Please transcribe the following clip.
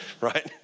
right